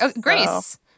Grace